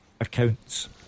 accounts